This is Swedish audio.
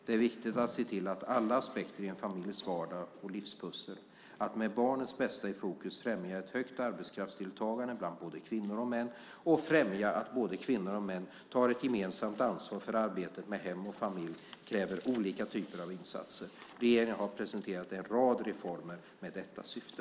Det är viktigt att se till alla aspekter i en familjs vardag och livspussel. Att med barnets bästa i fokus främja ett högt arbetskraftsdeltagande bland både kvinnor och män och främja att både kvinnor och män tar ett gemensamt ansvar för arbetet med hem och familj kräver olika typer av insatser. Regeringen har presenterat en rad reformer med detta syfte.